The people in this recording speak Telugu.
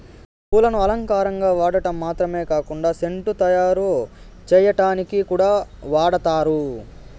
పూలను అలంకారంగా వాడటం మాత్రమే కాకుండా సెంటు తయారు చేయటానికి కూడా వాడతారు